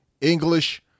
English